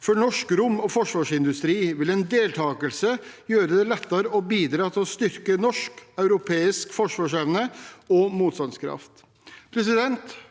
For norsk rom- og forsvarsindustri vil en deltakelse gjøre det lettere å bidra til å styrke norsk og europeisk forsvarsevne og motstandskraft.